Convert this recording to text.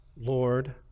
Lord